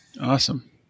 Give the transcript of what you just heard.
awesome